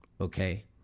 Okay